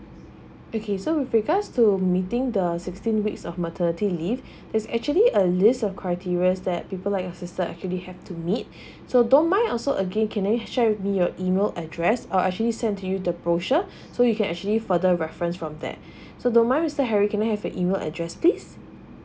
okay so with regards to meeting the sixteen weeks of maternity leave is actually a list of criterias that people like your sister actually have to meet so don't mine also again can you share with me your email address I'll actually send to you the brochure so you can actually further reference from there so no mine mister harry can I have your email address please